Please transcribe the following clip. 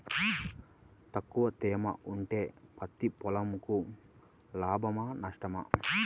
తక్కువ తేమ ఉంటే పత్తి పొలంకు లాభమా? నష్టమా?